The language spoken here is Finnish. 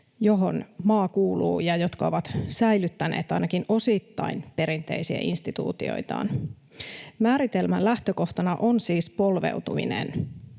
johon maa kuuluu, ja jotka ovat säilyttäneet ainakin osittain perinteisiä instituutioitaan. Määritelmän lähtökohtana on siis polveutuminen